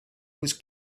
was